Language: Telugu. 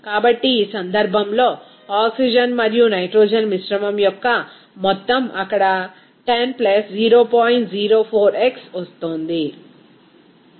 కాబట్టి ఈ సందర్భంలో ఆక్సిజన్ మరియు నైట్రోజన్ మిశ్రమం యొక్క మొత్తం మొత్తం అక్కడ 10 0